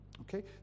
Okay